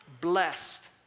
blessed